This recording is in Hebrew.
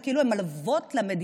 זה כאילו הן מלוות למדינה